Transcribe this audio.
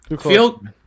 field